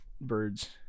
birds